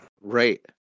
right